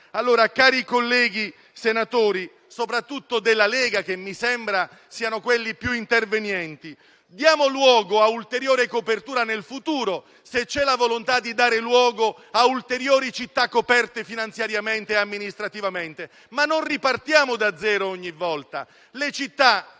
misura. Cari colleghi senatori, soprattutto della Lega (che mi sembra siano quelli più intervenienti), diamo luogo a un'ulteriore copertura nel futuro, se c'è la volontà di individuare ulteriori città coperte finanziariamente e amministrativamente, ma non ripartiamo da zero ogni volta. Le città,